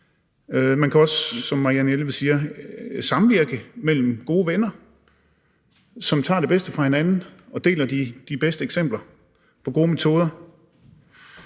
Man kan også, som Marianne Jelved siger, samvirke mellem gode venner, som tager det bedste fra hinanden og deler de bedste eksempler på gode metoder.